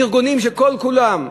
ארגונים שכל כולם,